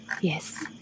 Yes